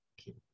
Okay